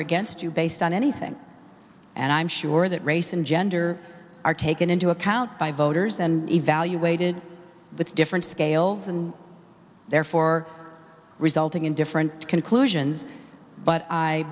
or against you based on anything and i'm sure that race and gender are taken into account by voters and evaluated the different scales and therefore resulting in different conclusions but i